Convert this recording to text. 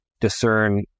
discern